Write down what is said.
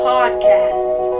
Podcast